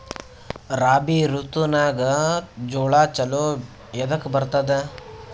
ರಾಬಿ ಋತುನಾಗ್ ಜೋಳ ಚಲೋ ಎದಕ ಬರತದ?